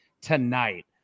tonight